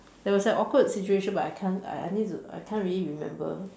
there was an awkward situation but I can't I I need to I can't really remember